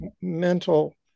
mental